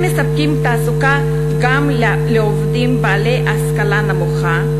הם מספקים תעסוקה גם לעובדים בעלי השכלה נמוכה,